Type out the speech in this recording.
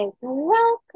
Welcome